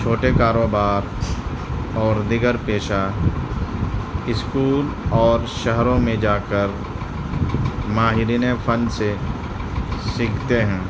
چھوٹے کاروبار اور دیگر پیشہ اسکول اور شہروں ميں جا كر ماہرينِ فن سے سيكھتے ہيں